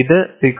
ഇത് 6